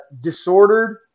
disordered